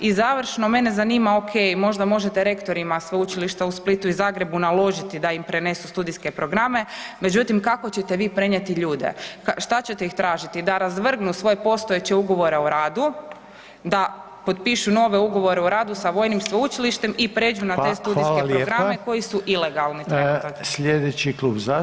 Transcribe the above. I završno, mene zanima, okej, možda možete rektorima Sveučilišta u Splitu i Zagrebu naložiti da im prenesu studijske programu, međutim kako ćete vi prenijeti ljudi, šta ćete ih tražiti, da razvrgnu svoje postojeće Ugovore o radu, da potpišu nove Ugovore o radu sa vojnim sveučilištem i pređu na te [[Upadica: Hvala lijepa]] studijske programe koji su ilegalni trenutačno.